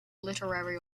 literary